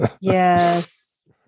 Yes